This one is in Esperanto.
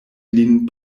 lin